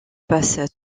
passe